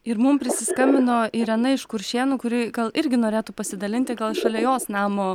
ir mum prisiskambino irena iš kuršėnų kuri gal irgi norėtų pasidalinti gal šalia jos namo